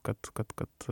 kad kad kad